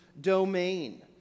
domain